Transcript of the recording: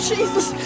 Jesus